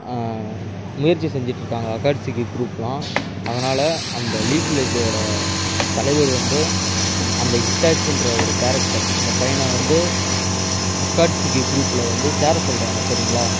முயற்சி செஞ்சுட்டு இருக்காங்க அக்காட்சிக்கு குரூப்லாம் அதனால் அந்த லீஃப் வில்லேஜ்ஜோடய தலைவர் வந்து அந்த ஹிட்டாச்சின்ற ஒரு கேரக்டர் அந்த பையனை வந்து அக்காட்சிக்கு குரூப்பில் வந்து சேர சொல்கிறாங்க சரிங்களா